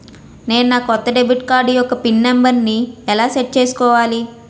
నేను నా కొత్త డెబిట్ కార్డ్ యెక్క పిన్ నెంబర్ని ఎలా సెట్ చేసుకోవాలి?